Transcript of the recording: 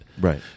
Right